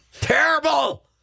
Terrible